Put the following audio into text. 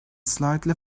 slightly